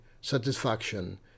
satisfaction